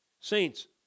Saints